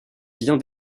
vient